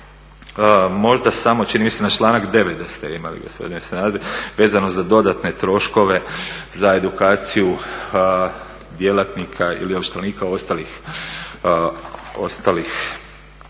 možda samo čini mi se na članak 9.da ste imali gospodine Sanader vezano za dodatne troškove za edukaciju djelatnika ili ovlaštenika ostalih